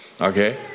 Okay